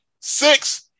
Six